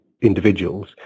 individuals